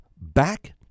Back